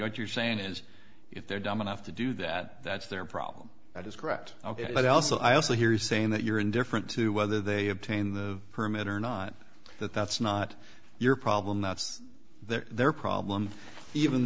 what you're saying is if they're dumb enough to do that that's their problem that is correct ok but i also i also hear you saying that you're indifferent to whether they obtain the permit or not that that's not your problem that's their problem even